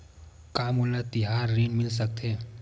का मोला तिहार ऋण मिल सकथे?